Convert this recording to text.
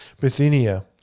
Bithynia